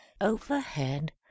overhead